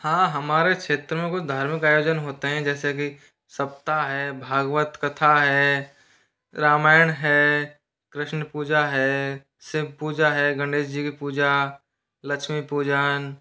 हाँ हमारे क्षेत्र में कोई धार्मिक आयोजन होते हैं जैसे कि सप्ताह है भागवत कथा है रामायण है कृष्ण पूजा है शिव पूजा है गणेश जी की पूजा लक्ष्मी पूजन